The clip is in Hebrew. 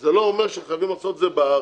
זה לא אומר שחייבים לעשות את זה בארץ.